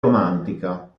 romantica